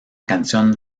canción